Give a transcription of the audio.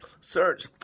search